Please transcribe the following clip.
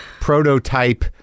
prototype